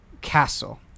castle